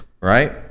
right